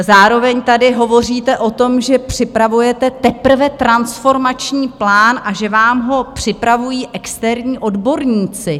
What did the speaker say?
Zároveň tady hovoříte o tom, že připravujete teprve transformační plán a že vám ho připravují externí odborníci.